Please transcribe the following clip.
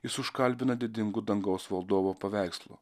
jis užkalbina didingu dangaus valdovo paveikslu